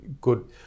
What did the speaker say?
good